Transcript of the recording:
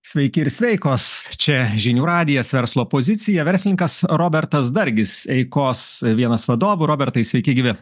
sveiki ir sveikos čia žinių radijas verslo pozicija verslininkas robertas dargis eikos vienas vadovų robertai sveiki gyvi